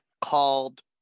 called